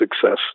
success